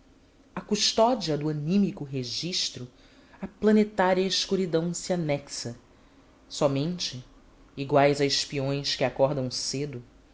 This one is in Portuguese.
à custódia do anímico registro a planetária escuridão se anexa somente iguais a espiões que acordam cedo